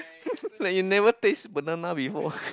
like you never taste banana before